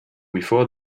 before